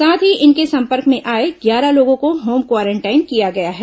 साथ ही इनके संपर्क में आए ग्यारह लोगों को होम क्वारेंटाइन किया गया है